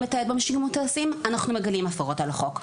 לתעד --- אנחנו מגלים הפרות של החוק.